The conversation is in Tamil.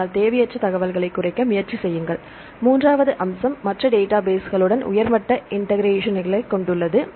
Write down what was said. ஆனால் தேவையற்ற தகவல்களைக் குறைக்க முயற்சி செய்யுங்கள் மூன்றாவது அம்சம் மற்ற டேட்டாபேஸ்களுடன் உயர் மட்ட இன்டெகிரேஷனையும் கொண்டுள்ளது